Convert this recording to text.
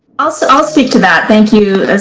i'll so i'll speak to that. thank you,